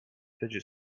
fidget